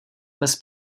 bez